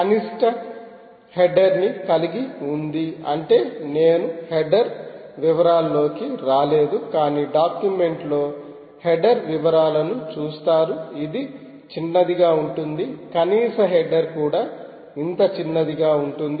కనిష్ట హెడ్డర్ ని కలిగి ఉంది అంటే నేను హెడ్డర్ వివరాలలోకి రాలేదు కానీ డాక్యుమెంట్ లొ హెడ్డర్ వివరాలను చూస్తారు ఇది చిన్నదిగా ఉంటుంది కనీస హెడ్డర్ కూడా ఇంత చిన్నదిగా ఉంటుంది